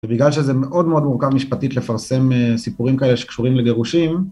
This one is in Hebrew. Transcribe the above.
ובגלל שזה מאוד מאוד מורכב משפטית לפרסם סיפורים כאלה שקשורים לגירושים